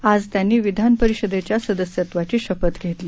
आज त्यांनी विधानपरिषदेच्या सदस्यत्वाची शपथ घेतली